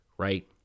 right